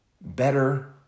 better